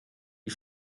die